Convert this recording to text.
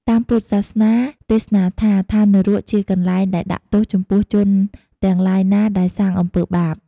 តាមពុទ្ធសាសនា ទេសនាថា ឋាននរកជាកន្លែងដែលដាក់ទោសចំពោះជនទាំងឡាយណាដែលសាងអំពីបាប។